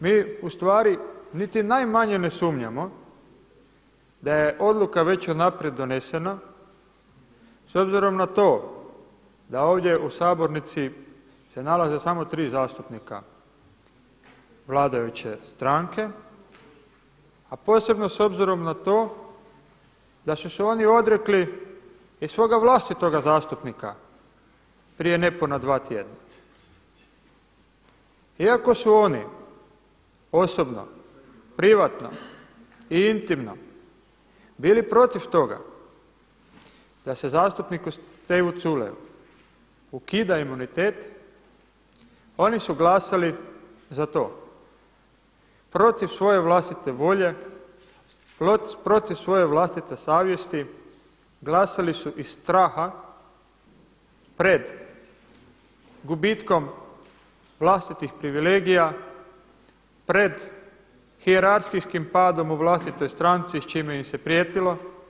Mi u stvari niti najmanje ne sumnjamo da je odluka već unaprijed donesena s obzirom na to da ovdje u sabornici se nalaze samo tri zastupnika vladajuće stranke, a posebno s obzirom na to da su se oni odrekli i svoga vlastitoga zastupnika prije nepuna dva tjedna, iako su oni osobno privatno i intimno bili protiv toga da se zastupniku Stevi Culeju ukida imunitet oni su glasali za to protiv svoje vlastite volje, protiv svoje vlastite savjesti glasali su iz straha pred gubitkom vlastitih privilegija, pred hijerarhijskim padom u vlastitoj stranci s čime im se prijetilo.